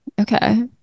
Okay